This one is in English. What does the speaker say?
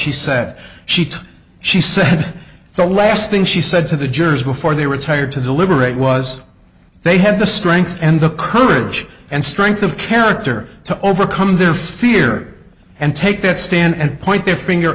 she said she took she said the last thing she said to the jurors before they retired to deliberate was they have the strength and the courage and strength of character to overcome their fear and take that stand and point their finger